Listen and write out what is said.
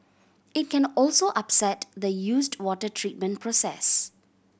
it can also upset the used water treatment process